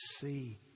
see